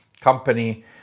company